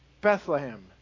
Bethlehem